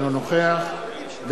אינו נוכח מיכאל בן-ארי,